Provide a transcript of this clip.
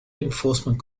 enforcement